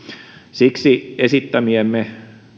siksi esittämämme